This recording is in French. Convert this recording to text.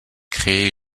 créer